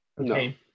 Okay